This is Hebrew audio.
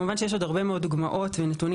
כמובן שיש עוד הרבה מאוד דוגמאות ונתונים